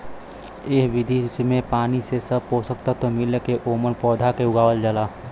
एह विधि में पानी में सब पोषक तत्व मिला के ओमन पौधा के उगावल जाला